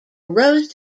arose